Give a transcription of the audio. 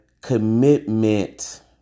commitment